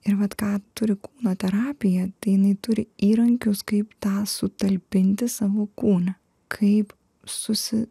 ir vat ką turi kūno terapija tai jinai turi įrankius kaip tą sutalpinti savo kūne kaip susi